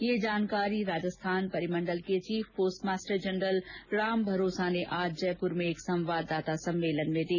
यह जानकारी राजस्थान परिमण्डल के chief postmaster general Ram Bharosa ने आज जयपुर में एक संवाददाता सम्मेलन में दी